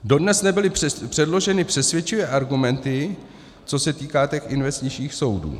Dodnes nebyly předloženy přesvědčivé argumenty, co se týká investičních soudů.